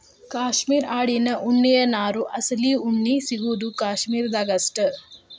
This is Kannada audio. ಕ್ಯಾಶ್ಮೇರ ಆಡಿನ ಉಣ್ಣಿಯ ನಾರು ಅಸಲಿ ಉಣ್ಣಿ ಸಿಗುದು ಕಾಶ್ಮೇರ ದಾಗ ಅಷ್ಟ